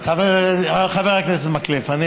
חבר הכנסת מקלב, זה במקום השאלה הנוספת.